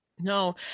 no